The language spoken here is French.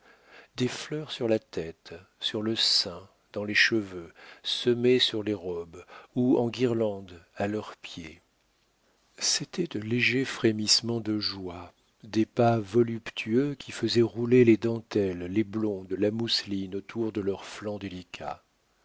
des fleurs sur la tête sur le sein dans les cheveux semées sur les robes ou en guirlandes à leurs pieds c'était de légers frémissements de joie des pas voluptueux qui faisaient rouler les dentelles les blondes la mousseline autour de leurs flancs délicats